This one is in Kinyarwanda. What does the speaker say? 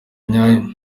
nyayo